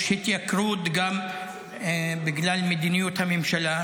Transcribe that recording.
יש התייקרות גם בגלל מדיניות הממשלה,